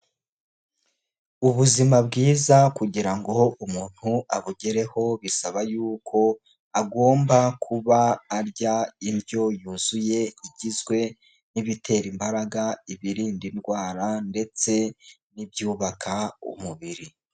Ubuzima bwiza kugira ngo umuntu abugereho bisaba yuko agomba kuba arya indyo yuzuye, igizwe n'ibitera imbaraga, ibirinda indwara ndetse n'ibyubaka umubiri.